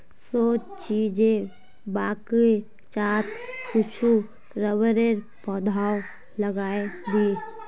सोच छि जे बगीचात कुछू रबरेर पौधाओ लगइ दी